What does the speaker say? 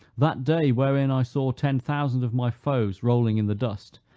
that day wherein i saw ten thousand of my foes rolling in the dust,